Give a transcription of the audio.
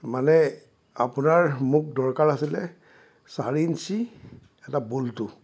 মানে আপোনাৰ মোক দৰকাৰ আছিলে চাৰি ইঞ্চি এটা বল্টো